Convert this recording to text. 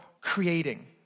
Creating